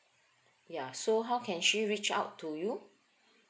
ya so how can she reach out to you